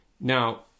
Now